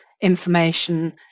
information